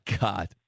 God